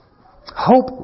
Hope